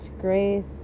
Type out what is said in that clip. grace